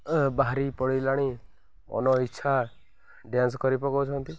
ବାହାରି ପଡ଼ିଲାଣି ମନ ଇଚ୍ଛା ଡ୍ୟାନ୍ସ କରି ପକାଉଛନ୍ତି